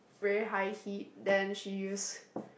very high heat then she use